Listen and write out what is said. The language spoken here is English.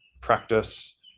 practice